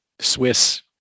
Swiss